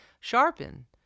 sharpen